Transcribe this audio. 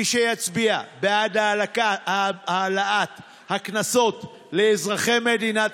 מי שיצביע בעד העלאת הקנסות לאזרחי מדינת